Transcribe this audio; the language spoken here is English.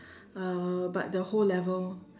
uh but the whole level